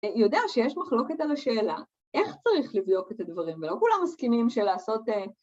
‫היא יודעת שיש מחלוקת על השאלה, ‫איך צריך לבדוק את הדברים, ‫ולא כולם מסכימים שלעשות...